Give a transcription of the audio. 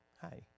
Hi